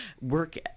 work